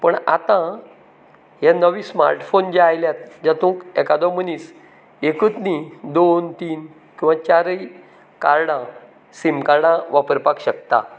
पण आतां हे नवें स्मार्ट फोन जे आयल्यात जातूंत एकादो मनीस एकत न्ही दोन तीन किंवां चारय कार्डां सिम कार्डां वापरपाक शकता